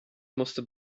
musste